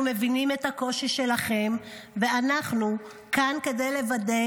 אנחנו מבינים את הקושי שלכן ואנחנו כאן כדי לוודא